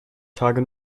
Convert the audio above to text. tage